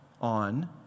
on